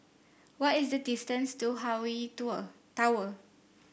what is the distance to Hawaii Tower